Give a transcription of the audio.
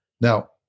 Now